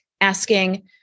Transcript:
asking